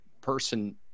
person